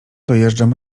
dojeżdżam